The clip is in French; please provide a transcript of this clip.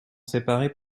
séparés